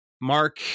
Mark